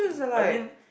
I mean